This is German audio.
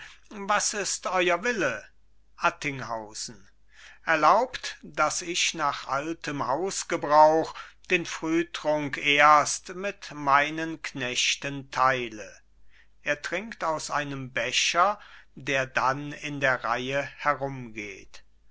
was ist euer wille attinghausen erlaubt dass ich nach altem hausgebrauch den frühtrunk erst mit meinen knechten teile er trinkt aus einem becher der dann in der reihe herumgeht